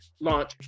launch